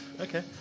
okay